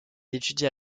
étudia